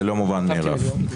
זה לא מובן מאליו.